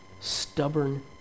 stubborn